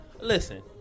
Listen